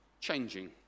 changing